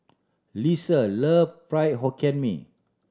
Leesa love Fried Hokkien Mee